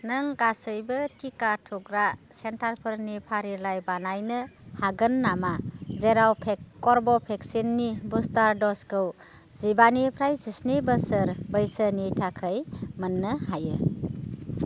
नों गासिबो टिका थुग्रा सेन्टारफोरनि फारिलाइ बानायनो हागोन नामा जेराव कर्वेभेक्सनि बुस्टार द'जखौ जिबानिफ्राय जिस्नि बोसोर बैसोनि थाखाय मोन्नो हायो